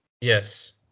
Yes